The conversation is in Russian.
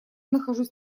нахожусь